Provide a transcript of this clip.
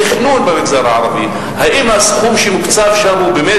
תכנון במגזר הערבי: האם הסכום שמוקצב שם באמת